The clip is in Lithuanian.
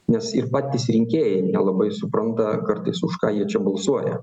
nes ir patys rinkėjai nelabai supranta kartais už ką jie čia balsuoja